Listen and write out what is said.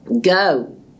Go